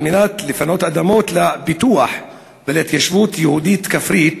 על מנת לפנות אדמות לפיתוח ולהתיישבות יהודית כפרית,